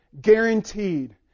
guaranteed